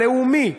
לאומי.